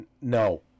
no